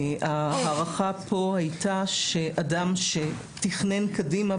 ההערכה כאן הייתה שאדם שתכנן קדימה,